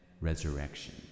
resurrection